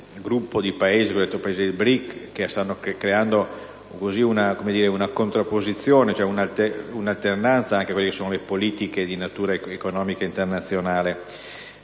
gruppo dei Paesi BRIC, che stanno creando una contrapposizione e una alternanza anche per quelle che sono le politiche di natura economica e internazionale,